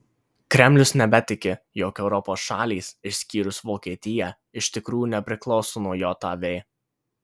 kremlius nebetiki jog europos šalys išskyrus vokietiją iš tikrųjų nepriklauso nuo jav